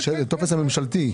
מהטופס הממשלתי.